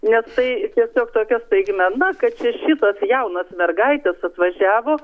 nes tai tiesiog tokia staigmena kad čia šitos jaunos mergaitės atvažiavo